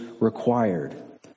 required